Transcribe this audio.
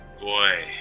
boy